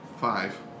five